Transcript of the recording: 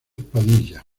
padilla